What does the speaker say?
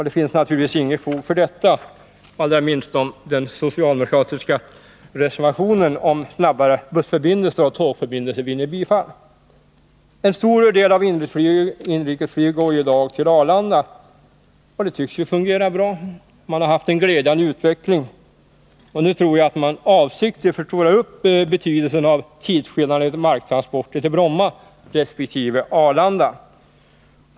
Det finns naturligtvis inget fog för detta, allra minst om de socialdemokratiska reservationerna om snabbare bussförbindelser och tågförbindelser vinner bifall. En stor del av inrikesflyget går ju i dag till Arlanda, och det tycks fungera bra. Utvecklingen har varit glädjande. Nu tror jag att man avsiktligt förstorar upp betydelsen av tidsskillnaden i marktransporter till Bromma resp. Arlanda.